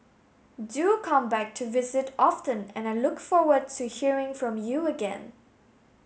do come back to visit often and I look forward to hearing from you again